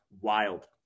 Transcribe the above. Wild